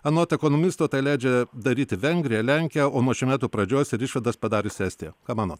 anot ekonomisto tai leidžia daryti vengrija lenkija o nuo šių metų pradžios ir išvadas padariusi estija ką manot